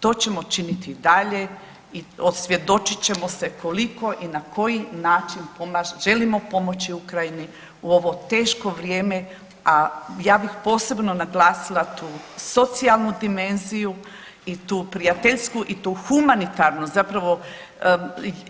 To ćemo činiti i dalje i osvjedočit ćemo se koliko i na koji način želimo pomoći Ukrajini u ovo teško vrijeme, a ja bih posebno naglasila tu socijalnu dimenziju i tu prijateljsku i tu humanitarnu zapravo